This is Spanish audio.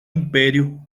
imperio